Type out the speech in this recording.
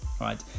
Right